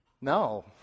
No